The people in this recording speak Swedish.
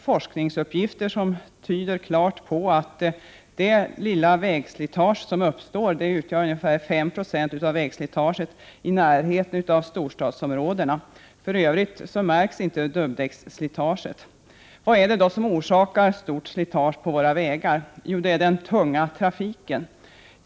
Forskningsuppgifter tyder klart på att det lilla vägslitage som uppstår utgör ungefär 5 90 av de totala vägslitaget i närheten av storstadsområdena. För övrigt märks inte dubbdäcksslitaget. Vad är det då som orsakar ett stort slitage på vägarna? Jo, det är den tunga trafiken.